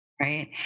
right